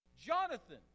Jonathan